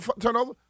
turnover